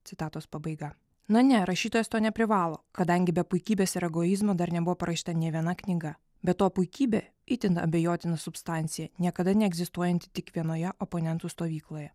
citatos pabaiga na ne rašytojas to neprivalo kadangi be puikybės ir egoizmo dar nebuvo parašyta nė viena knyga be to puikybė itin abejotina substancija niekada neegzistuojanti tik vienoje oponentų stovykloje